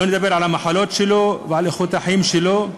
שלא לדבר על המחלות שלו ועל איכות החיים שלו.